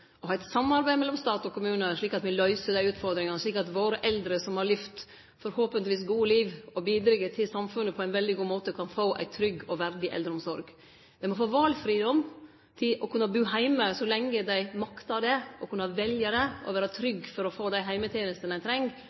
ha eit samarbeid mellom stat og kommune, slik at me løyser utfordringane, så våre eldre som har levd forhåpentligvis gode liv, og bidrege til samfunnet på ein veldig god måte, kan få ei trygg og verdig eldreomsorg. Dei må få valfridom til å kunne bu heime så lenge dei maktar det – kunne velje det og vere trygge på å få dei heimetenestene som dei treng.